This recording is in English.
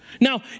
Now